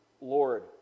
lord